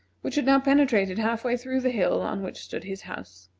which had now penetrated half-way through the hill on which stood his house.